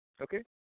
okay